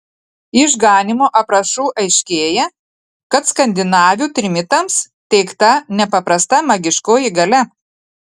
iš ganymo aprašų aiškėja kad skandinavių trimitams teikta nepaprasta magiškoji galia